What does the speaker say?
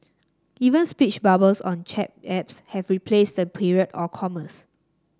even speech bubbles on chat apps have replaced the period or commas